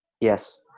Yes